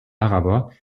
araber